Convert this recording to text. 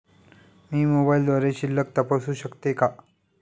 मी मोबाइलद्वारे शिल्लक तपासू शकते का?